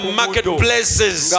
marketplaces